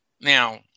Now